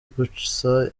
gusa